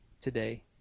today